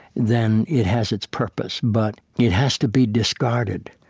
then it has its purpose. but it has to be discarded,